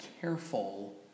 careful